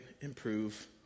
improve